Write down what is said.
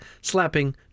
slapping